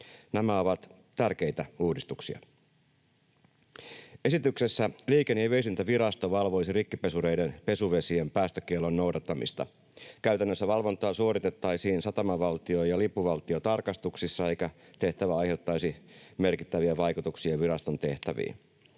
Nämä ovat tärkeitä uudistuksia. Esityksessä Liikenne- ja viestintävirasto valvoisi rikkipesureiden pesuvesien päästökiellon noudattamista. Käytännössä valvontaa suoritettaisiin satamavaltio- ja lippuvaltiotarkastuksissa, eikä tehtävä aiheuttaisi merkittäviä vaikutuksia viraston tehtäviin.